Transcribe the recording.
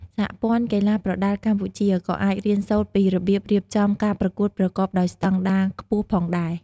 សហព័ន្ធកីឡាប្រដាល់កម្ពុជា ក៏អាចរៀនសូត្រពីរបៀបរៀបចំការប្រកួតប្រកបដោយស្តង់ដារខ្ពស់ផងដែរ។